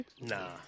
Nah